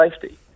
safety